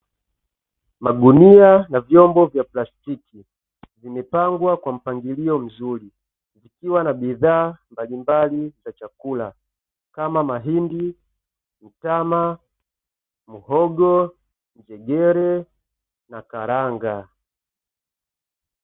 Magunia na vyombo vya plastiki vimepangwa kwa mpangilio mzuri ikiwa na bidhaa mbalimbali za chakula kama mahindi, mtama, mhogo, njegere na karanga.